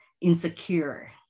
insecure